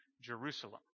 Jerusalem